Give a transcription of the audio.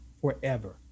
forever